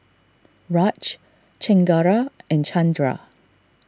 Raj Chengara and Chandra